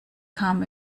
kam